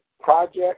project